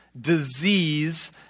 disease